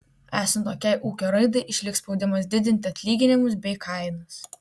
esant tokiai ūkio raidai išliks spaudimas didinti atlyginimus bei kainas